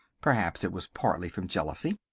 perhaps it was partly from jealousy.